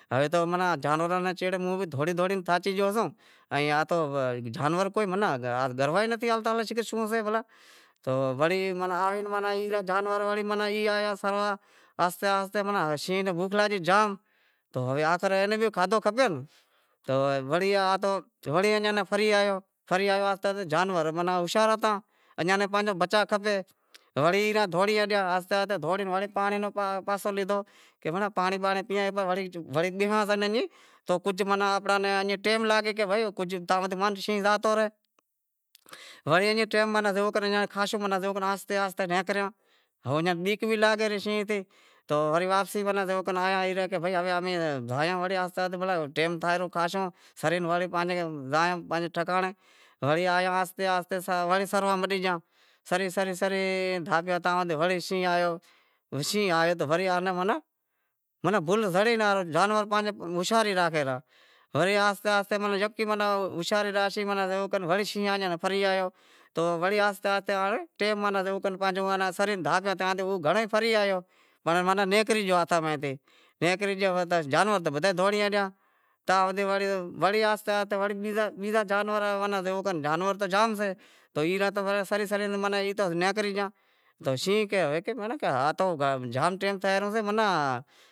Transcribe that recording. ہیوے تو جانوراں نوں موڑے دہوڑے دہوڑے تھاچے گیوسوں ائیں زانور تاں مناں زڑواْ نتھی آوتا شوں سے بھلا سہ وڑی آوے بھلا زانور تو ایئں آیا سروا آہستے آہستے شینہں ناں بوکھ لگی زام تو ہوے اے ناں بھی آخر کھادہو کھپے ناں، تو وڑی ایئاں ناں پھری آیو پھری آیو آہستے آہستے جانور ماناں ہوشیار ہتا ایئاں نے پانجو بچا کھپے ہڑی ایئں دہوڑی ریا آہستے آہستے ہڑی پانڑی رو پاسو لیدہو۔ کہ بھینڑاں پانڑی بانڑی پیواں وڑی بیہاں تو کجھ آنپڑاں ناں ٹیم لاگے کہ بھائی کجھ تاں مان شینہں زاتو رہے وڑے ایئں کر ایئاں ناں خاشو ٹیم تھیو کہ آہستے آہستے نیکرے وری واپسی جیووکر آیا کی بھائی ہوے آپیں دہایا ٓں، آہستے آہستے وڑے ٹیم تھائے رہیو خاشو سرے ورے زائیں پانجے ٹھکانڑے وری آیا آہستے آہستے وری سرواں مٹی گیا۔ سری سری ڈھاپیا تاں متھے ورے شینہں آیو، شینہں آیو تو ماناں بل زاڑے ناں رہو، زانور پانجی ہوشیاری راکھیں را۔ وری آہستے آہستے ماناں شینہں ایئاں ناں فری آیو وری آہستے آہستے مانں ٹیم پانجو سری وری ہو گھنڑے فری آیو ماناں نیکری گیو ہاتھاں میں تھی، نیکری گیو تو جانور تو بدہا ئی دہوڑی ہالیا۔ تاں بیزا جانور ماناں کر جانور تاں زام سیں تو ای تاں سری سری نیکری گیا تو شینہں کہے کہ ہاں تھو زام ٹیم تھے رو